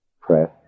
press